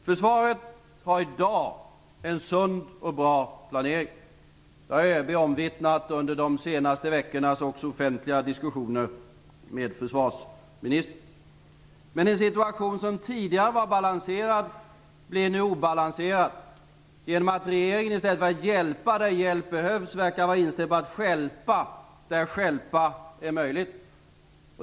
Försvaret har i dag en sund och bra planering. Det har ÖB omvittnat under de senaste veckornas också offentliga diskussioner med försvarsministern. Men den situation som tidigare var balanserad blir nu obalanserad genom att regeringen i stället för att hjälpa där hjälp behövs verkar vara inställd på att stjälpa där stjälpa är möjligt.